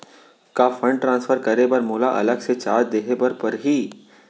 का fund transfer करे बर मोला अलग से चार्ज देहे बर परही?